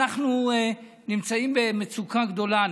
אנחנו נמצאים במצוקה גדולה.